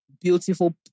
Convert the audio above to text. beautiful